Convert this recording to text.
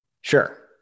Sure